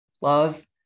love